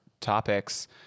topics